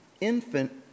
Infant